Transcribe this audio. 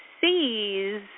sees